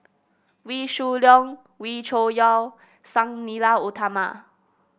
Wee Shoo Leong Wee Cho Yaw Sang Nila Utama